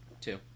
two